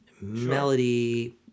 melody